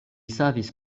savis